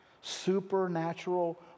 supernatural